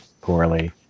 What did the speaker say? poorly